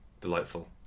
Delightful